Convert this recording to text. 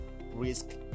risk